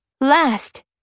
last